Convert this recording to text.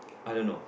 I don't know